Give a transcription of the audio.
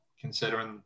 considering